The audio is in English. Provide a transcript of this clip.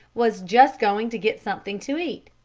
was just going to get something to eat.